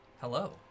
Hello